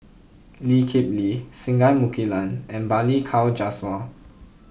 Lee Kip Lee Singai Mukilan and Balli Kaur Jaswal